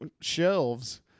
shelves